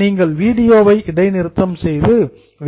நீங்கள் வீடியோவை இடைநிறுத்தம் செய்து